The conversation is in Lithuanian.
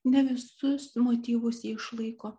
ne visus motyvus ji išlaiko